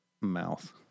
mouth